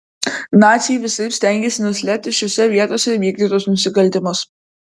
naciai visaip stengėsi nuslėpti šiose vietose vykdytus nusikaltimus